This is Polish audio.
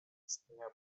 istnienia